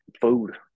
food